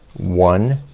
one,